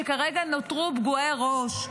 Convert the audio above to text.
שכרגע נותרו פגועי ראש.